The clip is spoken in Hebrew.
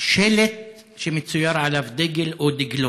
שלט שמצויר עליו דגל או דגלון.